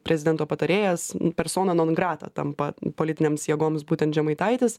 prezidento patarėjas persona non grata tampa politinėms jėgoms būtent žemaitaitis